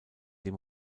dem